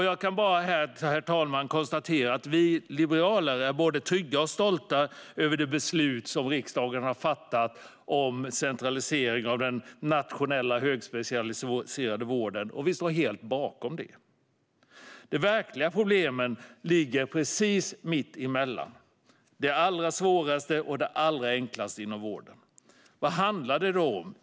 Jag kan, herr talman, konstatera att vi liberaler är både trygga med och stolta över det beslut som riksdagen har fattat om centralisering av den nationella högspecialiserade vården, och vi står helt bakom det. De verkliga problemen ligger precis mitt emellan det allra svåraste och det allra enklaste inom vården. Vad handlar det då om?